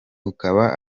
ukaba